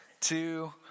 two